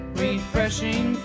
refreshing